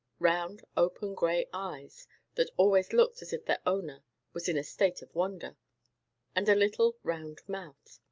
round, open, grey eyes that always looked as if their owner was in a state of wonder and a little round mouth.